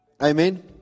Amen